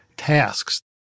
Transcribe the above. tasks